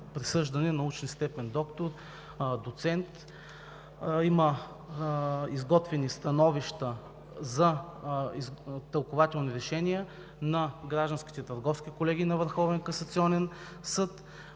присъждане на научна степен „доктор“, „доцент“. Има изготвени становища за тълкувателни решения на гражданските и търговски колегии на